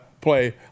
play